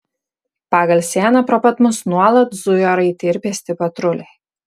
pagal sieną pro pat mus nuolat zujo raiti ir pėsti patruliai